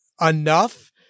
enough